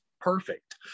perfect